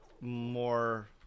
more